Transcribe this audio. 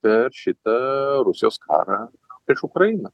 per šitą rusijos karą prieš ukrainą